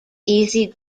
easy